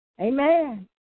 Amen